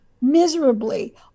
miserably